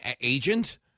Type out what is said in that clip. agent